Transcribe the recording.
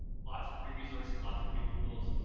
lot's of free resources, lots of free tools.